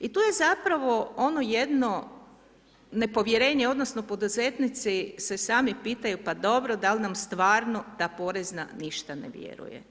I to je zapravo ono jedno nepovjerenje odnosno poduzetnici se sami pitaju, pa dobro, dal nam stvarno ta porezna ništa ne vjeruje.